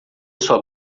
sua